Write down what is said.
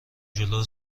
جلو